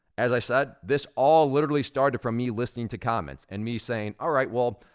as i said, this all literally started from me listening to comments, and me saying, all right, well,